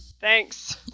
Thanks